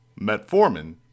Metformin